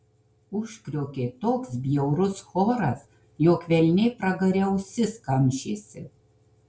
užkriokė toks bjaurus choras jog velniai pragare ausis kamšėsi